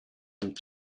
dem